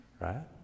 right